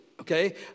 Okay